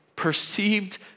Perceived